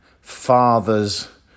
fathers